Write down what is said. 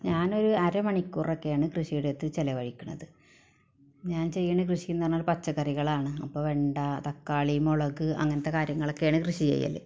ഞാനോര് അര മണിക്കൂറൊക്കെയാണ് കൃഷിയിടത്ത് ചെലവഴിക്കുന്നത് ഞാൻ ചെയ്യുന്ന കൃഷി എന്ന് പറഞ്ഞാൽ പച്ചക്കറികളാണ് അപ്പോൾ വെണ്ട തക്കാളി മുളക് അങ്ങനത്തെ കാര്യങ്ങളൊക്കെയാണ് കൃഷി ചെയ്യല്